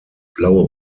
blaue